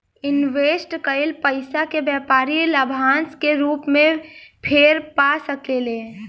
invest कईल पइसा के व्यापारी लाभांश के रूप में फेर पा सकेले